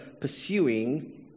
pursuing